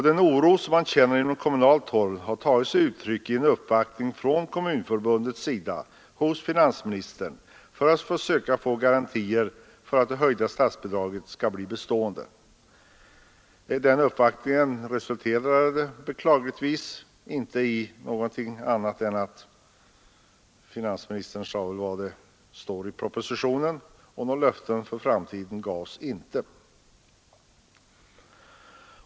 Den oro man känner på kommunalt håll har tagit sig uttryck i en uppvaktning från Kommunförbundet hos finansministern för att försöka få garantier för att det förhöjda statsbidraget skall bli bestående. Uppvaktningen resulterade beklagligtvis inte i något annat än det uttalande som finansministern gjort i propositionen, och några löften för framtiden gavs inte.